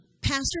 pastor